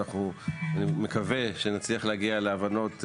אני מקווה שנצליח להגיע להבנות,